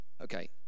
Okay